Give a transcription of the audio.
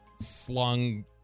slung